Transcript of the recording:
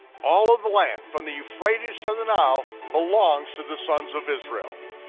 all of the land from the euphrates to the nile belongs to the sons of israel.